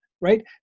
right